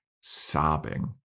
sobbing